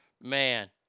Man